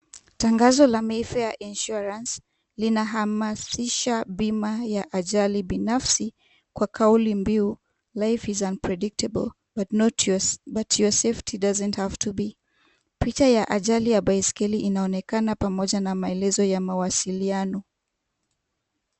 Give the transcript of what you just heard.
Tangazo la Mevea Insurance linahamazisha bima ya ajali binafsi kwa kauli mbiu Life Is Unpredictable But Your Safety Doesn't Have To Be. Picha ya hajali ya baiskeli inaonekana pamoja na maelezo ya mawasiliano.